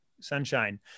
sunshine